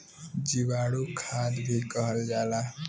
जीवाणु खाद भी कहल जाला